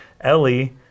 Ellie